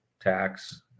tax